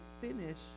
finish